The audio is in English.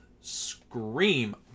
Scream